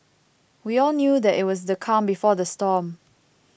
we all knew that it was the calm before the storm